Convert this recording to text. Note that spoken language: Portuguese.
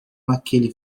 naquele